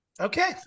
Okay